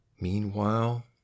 Meanwhile